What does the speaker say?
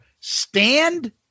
stand